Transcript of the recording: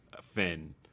Finn